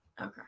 okay